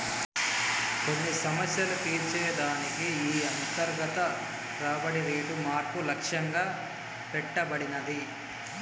కొన్ని సమస్యలు తీర్చే దానికి ఈ అంతర్గత రాబడి రేటు మార్పు లక్ష్యంగా పెట్టబడినాది